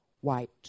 white